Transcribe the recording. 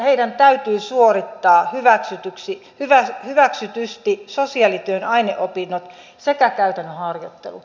heidän täytyy suorittaa hyväksytysti sosiaalityön aineopinnot sekä käytännön harjoittelu